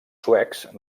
suecs